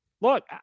look